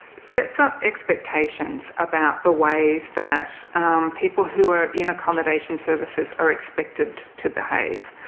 sets up expectations about the ways that people who are in accommodation services are expected to behave,